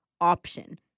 option